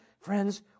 friends